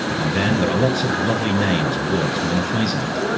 and then there are lots of lovely names and words monophysite,